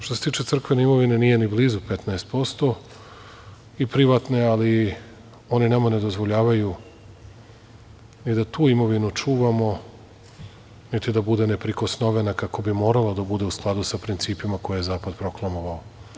Što se tiče crkvene imovine, nije ni blizu 15% i privatne, ali oni nama ne dozvoljavaju ni da tu imovinu čuvamo, niti da bude neprikosnovena, kako bi morala da bude u skladu sa principima koje je zapad proklamovao.